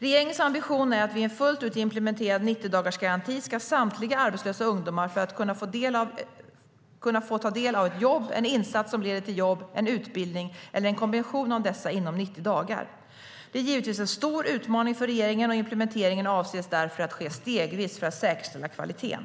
Regeringens ambition är att vid en fullt ut implementerad 90-dagarsgaranti ska samtliga arbetslösa ungdomar kunna få ta del av ett jobb, en insats som leder till jobb, en utbildning eller en kombination av dessa inom 90 dagar. Detta är givetvis en stor utmaning för regeringen, och implementeringen avses därför att ske stegvis för att säkerställa kvaliteten.